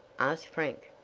asked frank.